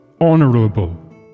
honorable